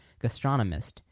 gastronomist